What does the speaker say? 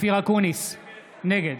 נגד